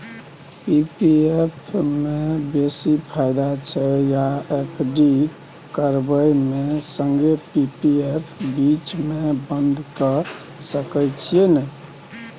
P P F म बेसी फायदा छै या एफ.डी करबै म संगे पी.पी एफ बीच म बन्द के सके छियै न?